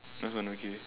(uh huh) okay